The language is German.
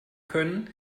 können